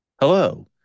Hello